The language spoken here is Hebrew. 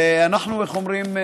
ואנחנו, איך אומרים?